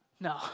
no